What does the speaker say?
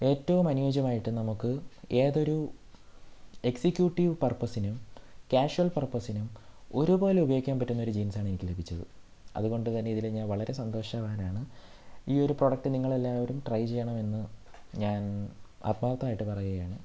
ഏറ്റവും അനുയോജ്യമായിട്ട് നമുക്ക് ഏതൊരു എക്സിക്യൂട്ടീവ് പർപ്പസിനും ക്യാഷ്വൽ പർപ്പസിനും ഒരുപോലെ ഉപയോഗിക്കാൻ പറ്റുന്നൊരു ജീൻസാണ് എനിക്ക് ലഭിച്ചത് അതുകൊണ്ട് തന്നെ ഇതിൽ ഞാൻ വളരെ സന്തോഷവാനാണ് ഈ ഒരു പ്രോഡക്റ്റ് നിങ്ങളെല്ലാവരും ട്രൈ ചെയ്യണമെന്ന് ഞാൻ ആത്മാർത്ഥമായിട്ട് പറയുകയാണ്